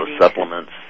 supplements